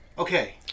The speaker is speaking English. Okay